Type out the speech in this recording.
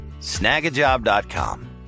snagajob.com